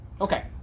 Okay